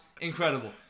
Incredible